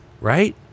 Right